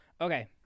Okay